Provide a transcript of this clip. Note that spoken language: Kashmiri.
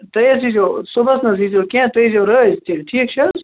تُہۍ حظ یِزیٚو صُبحس نَہ حظ یِزیٚو کیٚنٛہہ تُہۍ یِزیٚو رٲز تیٚلہِ ٹھیٖک چھا حظ